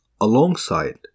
Alongside